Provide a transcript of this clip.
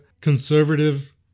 conservative